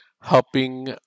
helping